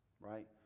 Right